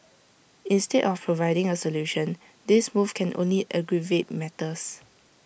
instead of providing A solution this move can only aggravate matters